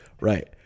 Right